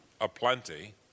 aplenty